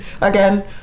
again